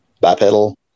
bipedal